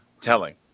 telling